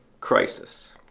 crisis